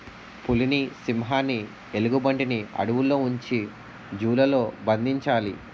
పులిని సింహాన్ని ఎలుగుబంటిని అడవుల్లో ఉంచి జూ లలో బంధించాలి